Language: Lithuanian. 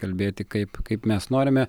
kalbėti kaip kaip mes norime